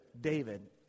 david